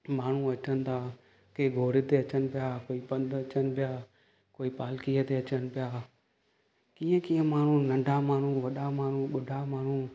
माण्हू अचनि था कंहिं घोड़े ते अचनि पिया कोई पंधु अचनि पिया कोई पालकीअ ते अचनि पिया कीअं कीअं माण्हू नंढा माण्हू वॾा माण्हू ॿुढा माण्हू